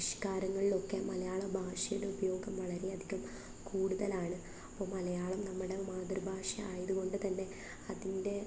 വിഷ്ക്കാരങ്ങളിലൊക്കെ മലയാള ഭാഷയുടെ ഉപയോഗം വളരെയധികം കൂടുതലാണ് അപ്പോള് മലയാളം നമ്മുടെ മാതൃഭാഷ ആയത് കൊണ്ടുതന്നെ അതിൻ്റെ